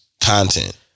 Content